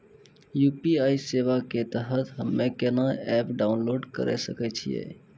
UPI सेवा के तहत हम्मे केना एप्प डाउनलोड करे सकय छियै?